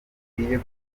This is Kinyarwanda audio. bikwiye